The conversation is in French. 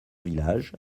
village